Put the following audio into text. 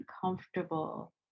comfortable